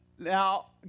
Now